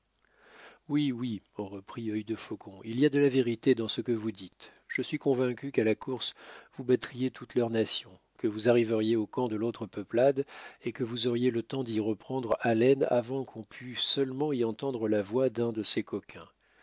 oui oui reprit œil de faucon il y a de la vérité dans ce que vous dites je suis convaincu qu'à la course vous battriez toute leur nation que vous arriveriez au camp de l'autre peuplade et que vous auriez le temps d'y reprendre haleine avant qu'on pût seulement y entendre la voix d'un de ces coquins